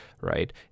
right